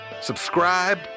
subscribe